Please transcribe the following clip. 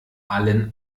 allen